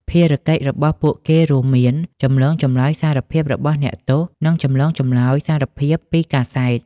ភារកិច្ចរបស់ពួកគេរួមមាន ចម្លងចម្លើយសារភាពរបស់អ្នកទោស និងចម្លងចម្លើយសារភាពពីកាសែត។